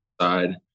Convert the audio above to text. side